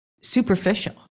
superficial